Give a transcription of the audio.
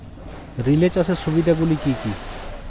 Relay চাষের সুবিধা গুলি কি কি?